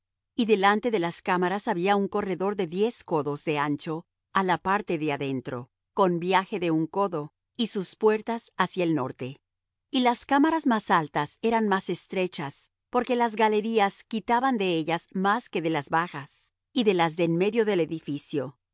y delante de las cámaras había un corredor de diez codos de ancho á la parte de adentro con viaje de un codo y sus puertas hacia el norte y las cámaras más altas eran más estrechas porque las galerías quitaban de ellas más que de las bajas y de las de en medio del edificio